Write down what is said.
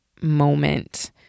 moment